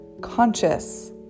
conscious